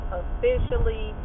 officially